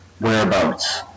Whereabouts